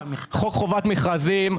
חוק חובת מכרזים,